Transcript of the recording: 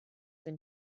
than